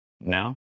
now